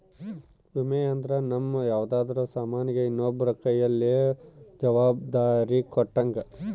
ವಿಮೆ ಅಂದ್ರ ನಮ್ ಯಾವ್ದರ ಸಾಮನ್ ಗೆ ಇನ್ನೊಬ್ರ ಕೈಯಲ್ಲಿ ಜವಾಬ್ದಾರಿ ಕೊಟ್ಟಂಗ